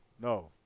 no